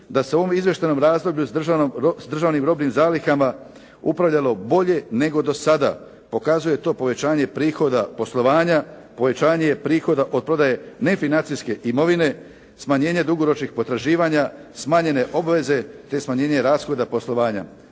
da se u ovom izvještajnom razdoblju s državnim robnim zalihama upravljalo bolje nego do sada pokazuje to povećanje prihoda poslovanja, povećanje prihoda od prodaje nefinancijske imovine, smanjenje dugoročnih potraživanja, smanjene obveze te smanjenje rashoda poslovanja.